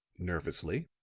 nervously,